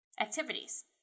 activities